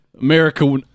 America